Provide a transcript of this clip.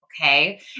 okay